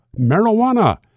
marijuana